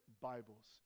bibles